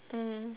mm